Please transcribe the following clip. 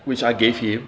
ah